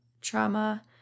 trauma